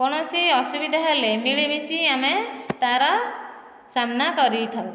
କୌଣସି ଅସୁବିଧା ହେଲେ ମିଳିମିଶି ଆମେ ତାର ସାମ୍ନା କରିଥାଉ